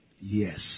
Yes